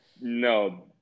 no